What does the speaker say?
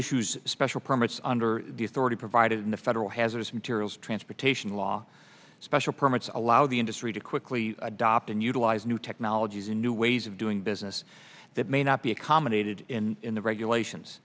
issues special permits under the authority provided in the federal hazardous materials transportation law special permits allow the industry to quickly adopt and utilize new technologies and new ways of doing business that may not be accommodated in the regulations